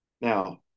now